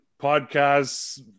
podcasts